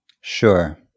Sure